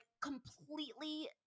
completely